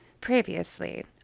Previously